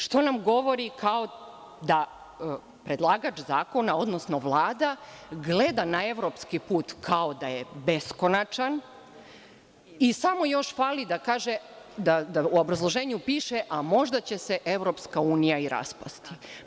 Što nam govori kao da predlagač zakona, odnosno Vlada gleda na evropski put kao da je beskonačan i samo još fali da kaže, da u obrazloženju piše – a možda će se EU i raspasti.